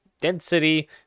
density